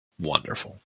wonderful